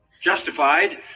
justified